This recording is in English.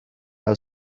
how